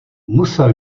musel